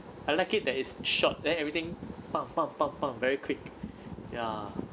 I like it that it's short then everything pa pa pa pa very quick ya